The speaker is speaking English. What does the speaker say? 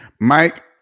Mike